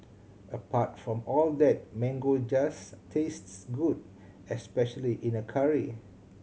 apart from all that mango just tastes good especially in a curry